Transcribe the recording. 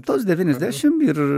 tos devyniasdešimt ir